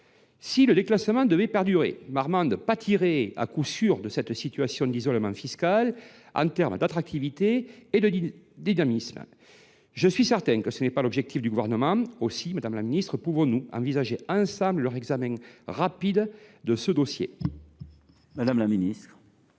Si le déclassement devait perdurer, Marmande pâtirait à coup sûr de cette situation d’isolement fiscal, ce qui nuirait à son attractivité et à son dynamisme. Je suis certain que ce n’est pas l’objectif visé par le Gouvernement. Madame la ministre, pouvons nous envisager ensemble le réexamen rapide de ce dossier ? La parole est